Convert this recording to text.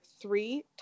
three